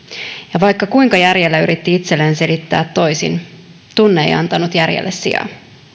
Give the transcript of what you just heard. ja vaikka kuinka järjellä yritti itselleen selittää toisin tunne ei antanut järjelle sijaa